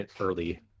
early